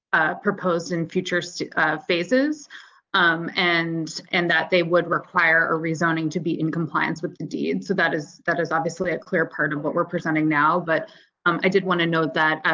proposed in future so phases um and and that they would require a rezoning to be in compliance with the deed. so, that is, that is obviously a clear part of what we're presenting now, but i did want to know that.